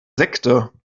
sekte